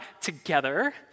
together